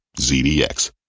ZDX